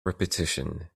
repetition